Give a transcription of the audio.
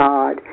God